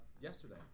Yesterday